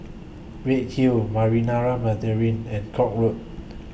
Redhill Marinara Mandarin and Koek Road